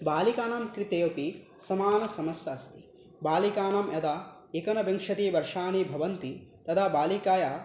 बालिकानां कृते अपि समाना समस्या अस्ति बालिकानां यदा एकोनविंशतिः वर्षाणि भवन्ति तदा बालिकायाः